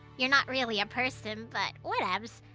you're not really a person, but. whatevs!